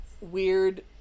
weird